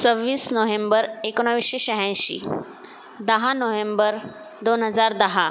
सव्वीस नोव्हेंबर एकोणवीसशे शहाऐंशी दहा नोव्हेंबर दोन हजार दहा